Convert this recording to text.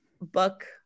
book